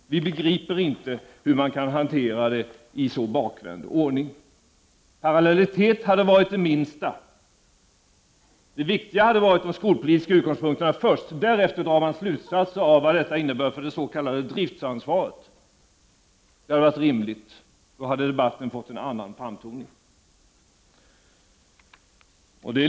Vi begriper inte hur det hela kan hanteras i så bakvänd ordning. En parallellitet hade varit det minsta. Det viktiga hade varit att sätta de skolpolitiska utgångspunkterna först och därefter dra slutsatser om vad detta innebär för det s.k. driftsansvaret. Detta hade varit rimligt, och då hade debatten fått en annan framtoning.